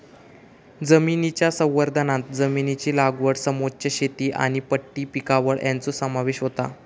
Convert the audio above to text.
जमनीच्या संवर्धनांत जमनीची लागवड समोच्च शेती आनी पट्टी पिकावळ हांचो समावेश होता